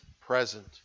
present